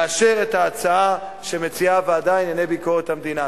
לאשר את ההצעה שמציעה הוועדה לענייני ביקורת המדינה.